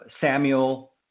Samuel